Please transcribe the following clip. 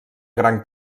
gran